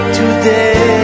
today